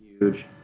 huge